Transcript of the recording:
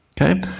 Okay